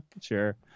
sure